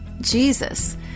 Jesus